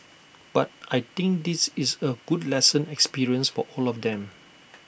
but I think this is A good lesson experience for all of them